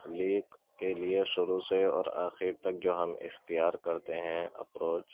تخلیق کے لیے شروع سے اور آخر تک جو ہم اختیار کرتے ہیں اپروچ